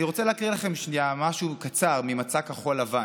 אני רוצה להקריא לכם שנייה משהו קצר ממצע כחול לבן,